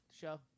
Show